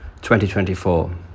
2024